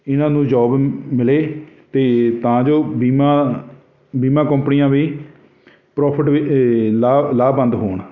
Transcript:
ਇਹਨਾਂ ਨੂੰ ਜੋਬ ਮਿਲੇ ਅਤੇ ਤਾਂ ਜੋ ਬੀਮਾ ਬੀਮਾ ਕੰਪਨੀਆਂ ਵੀ ਪ੍ਰੋਫਿਟ ਵੀ ਏ ਲਾ ਲਾਭਬੰਦ ਹੋਣ